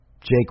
Jake